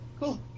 Cool